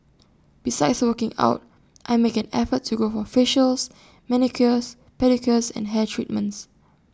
besides working out I make an effort to go for facials manicures pedicures and hair treatments